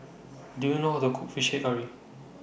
Do YOU know How to Cook Fish Head Curry